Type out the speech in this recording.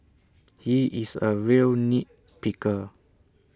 he is A real nit picker